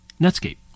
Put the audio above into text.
Netscape